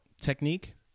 technique